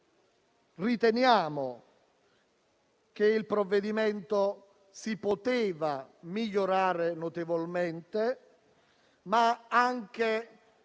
Riteniamo che il provvedimento si poteva migliorare notevolmente, ma anche